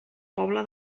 pobla